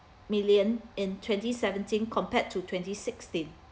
million in twenty seventeen compared to twenty sixteen